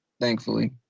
thankfully